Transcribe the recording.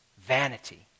vanity